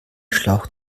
schlauch